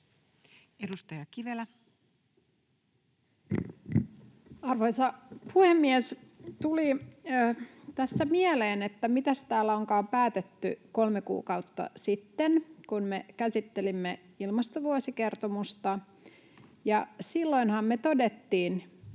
Content: Arvoisa puhemies! Tuli tässä mieleen, että mitäs täällä onkaan päätetty kolme kuukautta sitten, kun me käsittelimme ilmastovuosikertomusta. Silloinhan me todettiin